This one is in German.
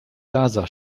gaza